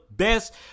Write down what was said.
best